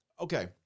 Okay